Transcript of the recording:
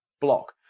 block